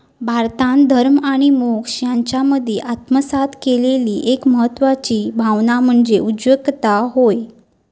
भारतान धर्म आणि मोक्ष यांच्यामध्ये आत्मसात केलेली एक महत्वाची भावना म्हणजे उगयोजकता होय